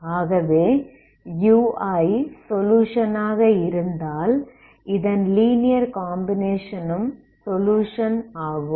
ஆகவே ui solution ஆக இருந்தால் இதன் லீனியர் காம்பினேஷனும் சொலுயுஷன் ஆகும்